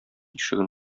ишеген